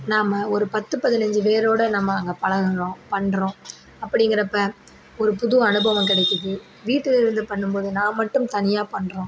நாம் ஒரு பத்து பதினஞ்சு பேரோடு நம்ம அங்கே பழகுகிறோம் பண்ணுறோம் அப்படிங்கிறப்போ ஒரு புது அனுபவம் கிடைக்குது வீட்டிலருந்து பண்ணும்போது நான் மட்டும் தனியாக பண்ணுறோம்